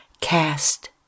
cast